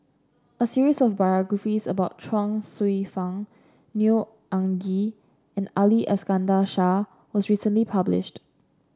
a series of biographies about Chuang Hsueh Fang Neo Anngee and Ali Iskandar Shah was recently published